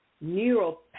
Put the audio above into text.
neural